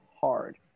hard